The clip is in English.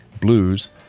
blues